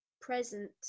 present